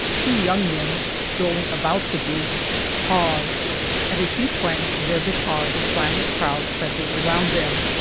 two young men strolling about the groups pause at a few twangs of their guitar the silent crowd presses around them.